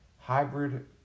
hybrid